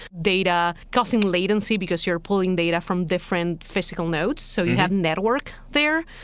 data causing latency, because you're pulling data from different physical nodes, so you have network there.